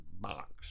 box